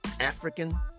African